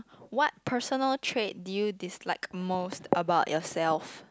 what personal trait did you dislike most about yourself